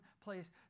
place